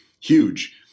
huge